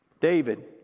David